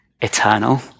eternal